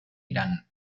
irán